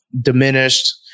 diminished